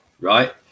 right